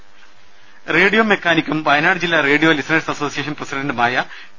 രുദ റേഡിയോ മെക്കാനിക്കും വയനാട് ജില്ലാ റേഡിയോ ലിസണേഴ്സ് അസോസിയേഷൻ പ്രസിഡന്റുമായ ടി